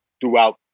throughout